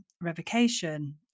revocation